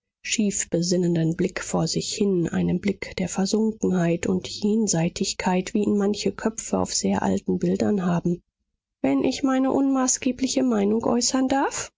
chinesisch schiefen schief besinnenden blick vor sich hin einem blick der versunkenheit und jenseitigkeit wie ihn manche köpfe auf sehr alten bildern haben wenn ich meine unmaßgebliche meinung äußern darf